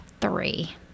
three